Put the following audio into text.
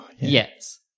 Yes